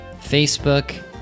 Facebook